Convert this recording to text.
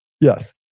yes